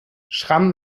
schramm